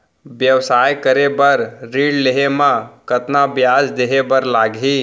व्यवसाय करे बर ऋण लेहे म कतना ब्याज देहे बर लागही?